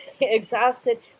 exhausted